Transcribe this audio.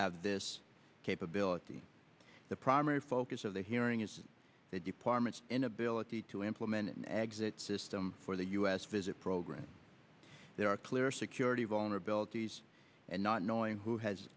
have this capability the primary focus of the hearing is the department's inability to implement an exit system for the u s visit program there are clear security vulnerabilities and not knowing who has